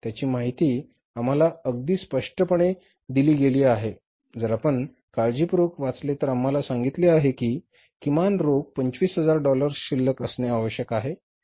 त्याची माहिती आम्हाला अगदी स्पष्टपणे दिली गेली आहे जर आपण काळजीपूर्वक वाचले तर आम्हाला सांगितले आहे की किमान रोख 25000 डॉलर्स शिल्लक असणे आवश्यक आहे